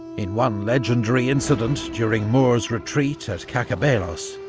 in one legendary incident during moore's retreat, at cacabelos,